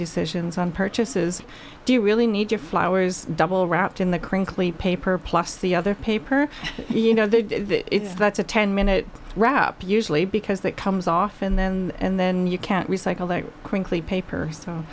decisions on purchases do you really need your flowers double wrapped in the crinkly paper plus the other paper you know that's a ten minute wrap usually because that comes off and then and then you can't recycle that crinkly paper